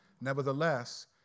Nevertheless